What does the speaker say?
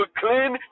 clean